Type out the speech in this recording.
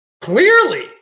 clearly